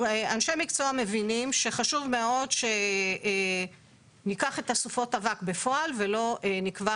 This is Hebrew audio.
אנשי מקצוע מבינים שחשוב מאוד שניקח את סופות האבק בפועל ולא נקבע.